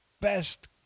best